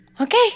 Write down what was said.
Okay